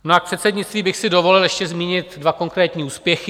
A k předsednictví bych si dovolil ještě zmínit dva konkrétní úspěchy.